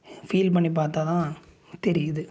feel பண்ணி பார்த்தா தான் தெரியுது